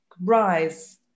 rise